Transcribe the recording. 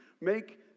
make